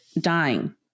dying